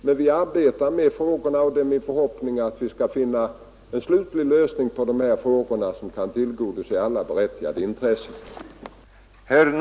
Men vi arbetar med frågorna, och det är min förhoppning att vi skall finna en slutlig lösning på dem som kan tillgodose alla berättigade intressen.